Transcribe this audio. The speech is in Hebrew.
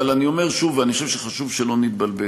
אבל אני אומר שוב, ואני חושב שחשוב שלא נתבלבל: